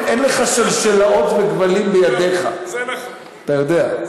אין לך שלשלאות וכבלים בידיך, אתה יודע.